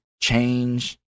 change